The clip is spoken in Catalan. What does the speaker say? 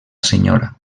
senyora